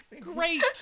great